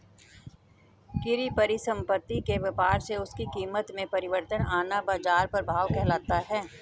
किसी परिसंपत्ति के व्यापार से उसकी कीमत में परिवर्तन आना बाजार प्रभाव कहलाता है